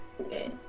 Okay